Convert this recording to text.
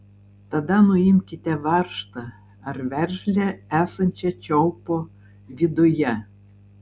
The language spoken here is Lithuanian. tada nuimkite varžtą ar veržlę esančią čiaupo viduje